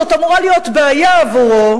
זאת אמורה להיות בעיה עבורו,